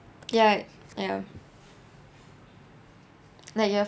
ya ya like you've